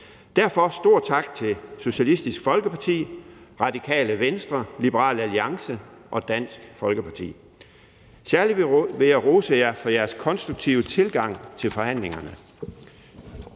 en stor tak til Socialistisk Folkeparti, Radikale Venstre, Liberal Alliance og Dansk Folkeparti. Særlig vil jeg rose jer for jeres konstruktive tilgang til forhandlingerne.